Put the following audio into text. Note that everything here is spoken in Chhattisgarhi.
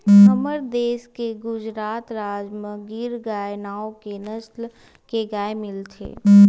हमर देस के गुजरात राज म गीर गाय नांव के नसल के गाय मिलथे